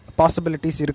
possibilities